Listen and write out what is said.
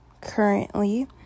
currently